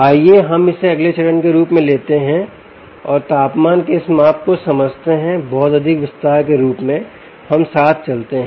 आइए हम इसे अगले चरण के रूप में लेते हैं और तापमान के इस माप को समझते हैं बहुत अधिक विस्तार के रूप में हम साथ चलते हैं